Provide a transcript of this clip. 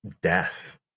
death